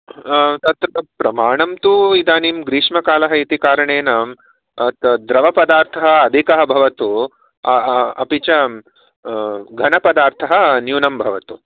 तत्र प्रमाणं तु इदानीं ग्रीष्मकालः इति कारणेन द्रवपदार्थः अधिकः भवतु अपि च घनपदार्थः न्यूनः भवतु